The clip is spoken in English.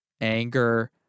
anger